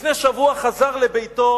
לפני שבוע חזר לביתו